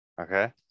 okay